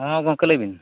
ᱦᱮᱸ ᱜᱚᱝᱠᱮ ᱞᱟᱹᱭᱵᱤᱱ